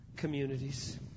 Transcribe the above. Communities